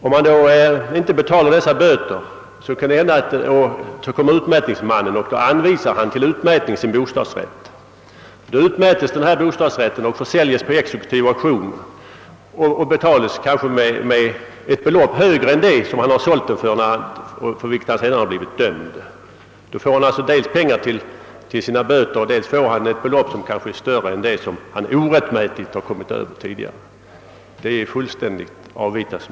Om han då inte betalar dessa böter kommer utmätningsmannen. Ägaren anvisar då till utmätning sin bostadsrätt. Då utmätes denna och försäl jes på exekutiv auktion, varvid den betalas med ett belopp som kanske är högre än det som han tidigare illegalt försålt bostadsrätten för. Då får vederbörande alltså dels pengar till böterna, dels ett belopp som kanske är större än det som han tidigare orättmätigt kommit över. Dessa förhållanden är som sagt fullständigt avvita.